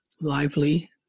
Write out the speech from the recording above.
lively